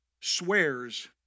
swears